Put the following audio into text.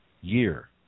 year